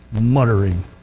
muttering